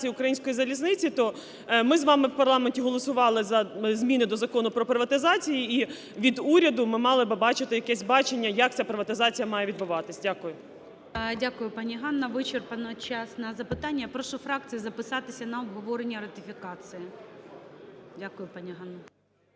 Дякую, пані Ганна. Вичерпано час на запитання. Я прошу фракції записатися на обговорення ратифікації. Дякую, пані Ганна.